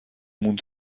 موند